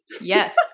Yes